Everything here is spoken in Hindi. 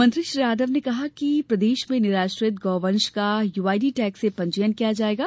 मंत्री श्री यादव ने कहा कि प्रदेश में निराश्रित गौ वंश का यूआईडी टैग र्स पंजीयन किया जा रहा है